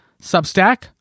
Substack